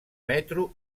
metro